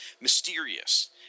mysterious